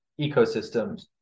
ecosystems